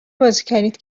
بازیگریت